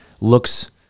looks